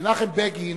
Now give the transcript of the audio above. מנחם בגין,